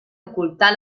ocultar